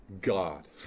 God